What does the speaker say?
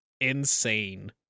Insane